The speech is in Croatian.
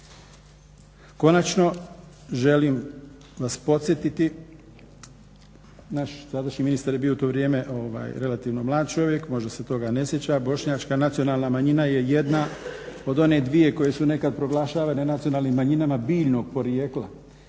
Konačno, želim vas podsjetiti naš tadašnji ministar je bio u to vrijeme relativno mlad čovjek, možda se toga ne sjeća, bošnjačka nacionalna manjina je jedna od one dvije koje su nekad proglašavane nacionalnim manjinama biljnog porijekla.